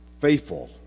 faithful